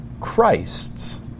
Christs